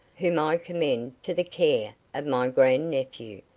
whom i commend to the care of my grand-nephew,